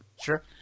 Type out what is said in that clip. sure